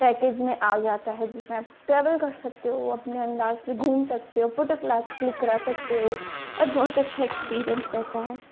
package में आ जाता है जिसमें आप ट्रैवल कर सकते हो अपने अंदाज से घूम सकते हो फोटो क्लैक क्लिक करा सकते हो और बहुत अच्छा एक्सपीरियंस रहता है